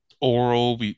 oral